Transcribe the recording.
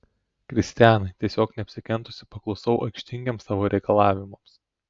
kristianai tiesiog neapsikentusi paklusau aikštingiems tavo reikalavimams